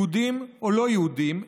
יהודים או לא יהודים,